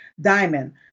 Diamond